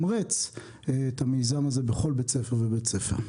ותתמרץ את המיזם הזה בכל בית ספר ובית ספר.